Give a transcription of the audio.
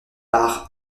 par